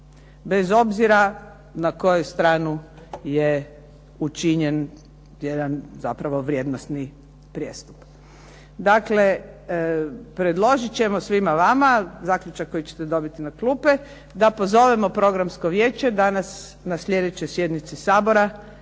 bez obzira na koju stranu je učinjen jedan zapravo vrijednosti prestup. Dakle, predložit ćemo svima vama zaključak koji ćete dobiti na klupe, da pozovemo Programsko vijeće da nas na sljedećoj sjednici Sabor